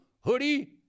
Hoodie